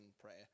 prayer